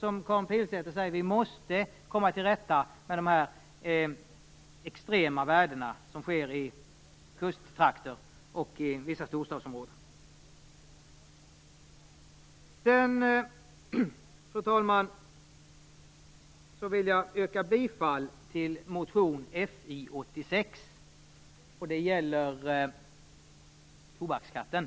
Vidare måste vi, som Karin Pilsäter säger, komma till rätta med de extrema värdena på fastigheter i kusttrakter och i vissa storstadsområden. Fru talman! Jag yrkar bifall till vår motion 1996/97:Fi86 om tobaksskatten.